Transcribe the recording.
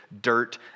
dirt